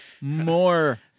more